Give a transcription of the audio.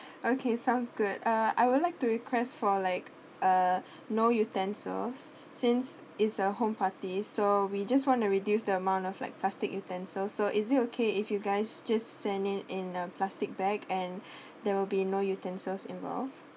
okay sounds good uh I would like to request for like uh no utensils since is a home parties so we just want to reduce the amount of like plastic utensils so is it okay if you guys just send it in a plastic bag and there will be no utensils involved